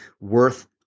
worth